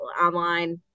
online